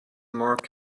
mark